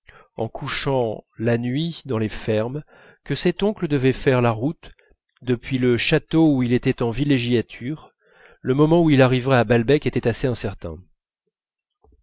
en couchant la nuit dans les fermes que cet oncle devait faire la route depuis le château où il était en villégiature le moment où il arriverait à balbec était assez incertain